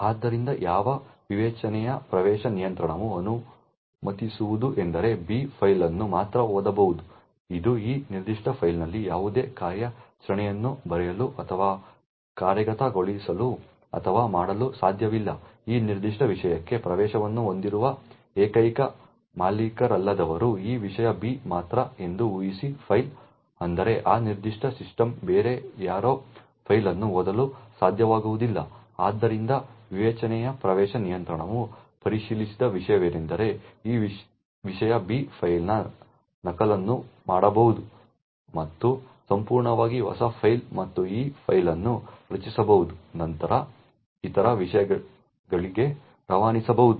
ಆದ್ದರಿಂದ ಯಾವ ವಿವೇಚನೆಯ ಪ್ರವೇಶ ನಿಯಂತ್ರಣವು ಅನುಮತಿಸುವುದು ಎಂದರೆ B ಫೈಲ್ ಅನ್ನು ಮಾತ್ರ ಓದಬಹುದು ಇದು ಈ ನಿರ್ದಿಷ್ಟ ಫೈಲ್ನಲ್ಲಿ ಯಾವುದೇ ಕಾರ್ಯಾಚರಣೆಯನ್ನು ಬರೆಯಲು ಅಥವಾ ಕಾರ್ಯಗತಗೊಳಿಸಲು ಅಥವಾ ಮಾಡಲು ಸಾಧ್ಯವಿಲ್ಲ ಈ ನಿರ್ದಿಷ್ಟ ವಿಷಯಕ್ಕೆ ಪ್ರವೇಶವನ್ನು ಹೊಂದಿರುವ ಏಕೈಕ ಮಾಲೀಕರಲ್ಲದವರು ಈ ವಿಷಯ B ಮಾತ್ರ ಎಂದು ಊಹಿಸಿ ಫೈಲ್ ಅಂದರೆ ಆ ನಿರ್ದಿಷ್ಟ ಸಿಸ್ಟಮ್ನಲ್ಲಿ ಬೇರೆ ಯಾರೂ ಫೈಲ್ ಅನ್ನು ಓದಲು ಸಾಧ್ಯವಾಗುವುದಿಲ್ಲ ಆದ್ದರಿಂದ ವಿವೇಚನೆಯ ಪ್ರವೇಶ ನಿಯಂತ್ರಣವು ಪರಿಶೀಲಿಸದ ವಿಷಯವೆಂದರೆ ಈ ವಿಷಯ B ಫೈಲ್ನ ನಕಲನ್ನು ಮಾಡಬಹುದು ಮತ್ತು ಸಂಪೂರ್ಣವಾಗಿ ಹೊಸ ಫೈಲ್ ಮತ್ತು ಈ ಫೈಲ್ ಅನ್ನು ರಚಿಸಬಹುದು ನಂತರ ಇತರ ವಿಷಯಗಳಿಗೆ ರವಾನಿಸಬಹುದು